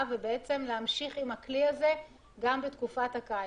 שתבוא אחריה ולהמשיך עם הכלי הזה גם בתקופת הקיץ.